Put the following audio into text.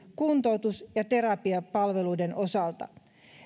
kuntoutus ja terapiapalveluiden osalta selvitetään siirtymistä rekisteröitymismenettelyyn